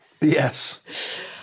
Yes